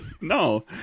No